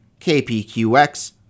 KPQX